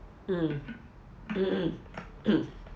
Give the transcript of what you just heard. mm mm mm